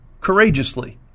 courageously